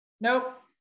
nope